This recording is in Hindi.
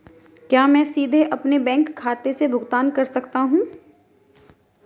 क्या मैं सीधे अपने बैंक खाते से भुगतान कर सकता हूं?